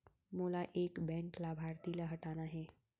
मोला एक बैंक लाभार्थी ल हटाना हे?